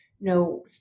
no